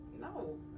No